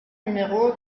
numéro